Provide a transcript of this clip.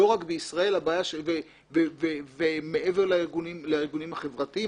לא רק בישראל ומעבר לארגונים החברתיים.